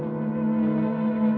or